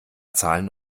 zahlen